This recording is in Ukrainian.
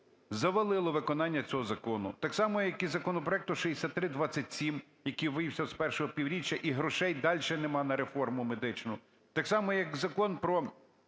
завалило виконання цього закону. Так само, як і законопроект 6327, який ввівся з першого півріччя, і грошей дальше нема на реформу медичну. Так само як Закон про